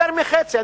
יותר מחצי,